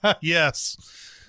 yes